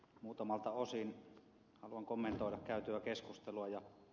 muutamalta osin haluan kommentoida käytyä keskustelua ja ed